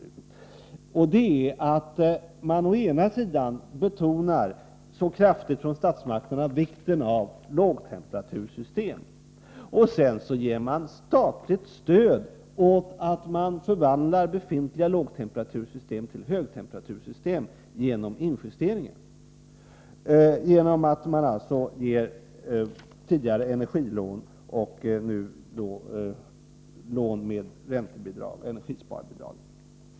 Den inkonsekvensen är att man å ena sidan från statsmakternas sida så kraftigt betonar vikten av lågtemperatursystem och å andra sidan ger statligt stöd åt förvandling av befintliga lågtemperatursystem till högtemperatursystem genom injusteringen, dvs. genom att man tidigare gav energilån och numera lån med räntebidrag eller energisparbidrag.